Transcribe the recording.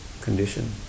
condition